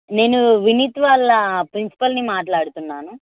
నేను వినీత్ వాళ్ళ ప్రిన్సిపల్ని మాట్లాడుతున్నాను